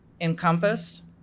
Encompass